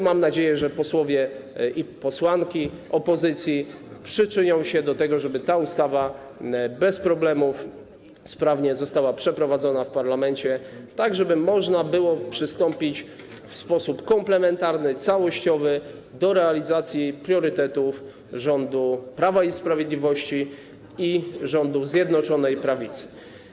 Mam nadzieję, że posłowie i posłanki opozycji przyczynią się do tego, żeby ta ustawa bez problemów, sprawnie została przeprowadzona w parlamencie, tak żeby można było przystąpić w sposób komplementarny, całościowy do realizacji priorytetów rządu Prawa i Sprawiedliwości i rządów Zjednoczonej Prawicy.